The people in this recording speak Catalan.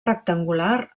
rectangular